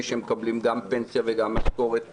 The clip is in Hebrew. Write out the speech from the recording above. שמקבלים גם פנסיה וגם משכורת כמוני,